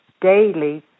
daily